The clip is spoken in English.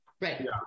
Right